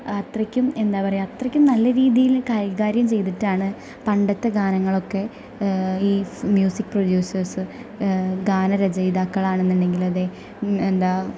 അത്രക്കും എന്താണ് പറയുക അത്രക്കും നല്ല രീതിയിൽ കൈകാര്യം ചെയ്തിട്ടാണ് പണ്ടത്തെ ഗാനങ്ങളൊക്കെ ഈ മ്യൂസിക് പ്രൊഡ്യുസേസ് ഗാന രചയിതാക്കൾ ആണെന്നുണ്ടെങ്കിലും അതെ എന്താണ്